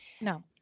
No